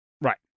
Right